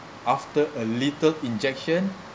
after a lethal injection